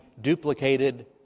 duplicated